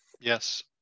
Yes